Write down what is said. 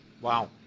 Wow